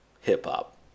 hip-hop